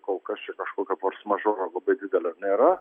kol kas čia kažkokio fors mažoro labai didelio nėra